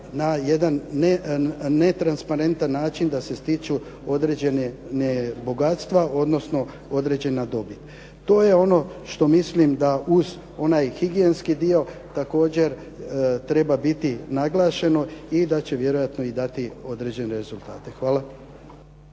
na jedan netransparentan način da se stiču određena bogatstva, odnosno određena dobit. To je ono što mislim da uz onaj higijenski dio također treba biti naglašeno i da će vjerojatno i dati određene rezultate. Hvala.